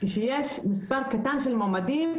כשיש מספר קטן של מועמדים,